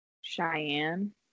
Cheyenne